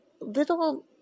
little